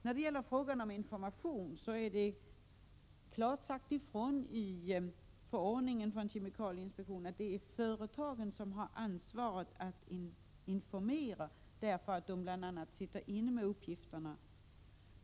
När det gäller frågan om information är det klart utsagt i förordningen från kemikalieinspektionen att det är företagen som har ansvaret för att informera, bl.a. därför att det är företagen som sitter inne med uppgifterna.